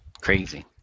Crazy